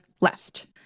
left